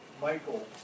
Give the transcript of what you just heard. Michael